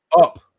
up